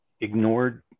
ignored